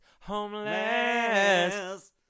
homeless